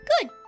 Good